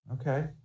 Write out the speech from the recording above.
okay